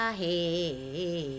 hey